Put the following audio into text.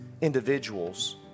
individuals